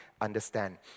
understand